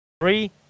Three